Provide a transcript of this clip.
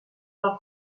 del